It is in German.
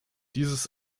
dieses